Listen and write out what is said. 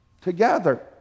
together